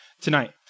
tonight